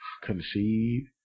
conceive